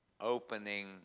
opening